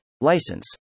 License